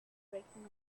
breaking